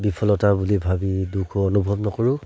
বিফলতা বুলি ভাবি দুখো অনুভৱ নকৰোঁ